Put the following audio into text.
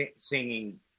Singing